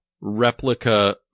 replica